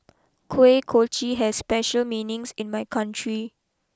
Kuih Kochi has special meanings in my country